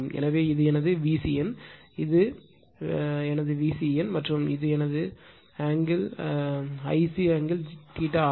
எனவே இது எனது VCN இது எனது VCN மற்றும் இது எனது Ic ஆங்கிள் ஆகும்